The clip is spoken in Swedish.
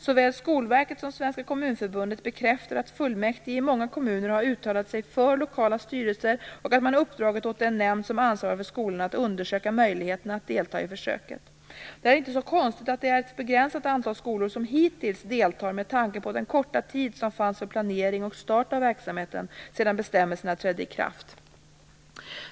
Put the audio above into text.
Såväl Skolverket som Svenska kommunförbundet bekräftar att fullmäktige i många kommuner har uttalat sig för lokala styrelser och att man uppdragit åt den nämnd som ansvarar för skolan att undersöka möjligheterna att delta i försöket. Det är inte så konstigt att det hittills bara är ett begränsat antal skolor som deltar, med tanke på den korta tid som fanns för planering och start av verksamheten sedan bestämmelserna trädde i kraft.